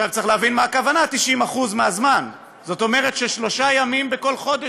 צריך להבין למה הכוונה ב-90% מהזמן: זאת אומרת ששלושה ימים בכל חודש,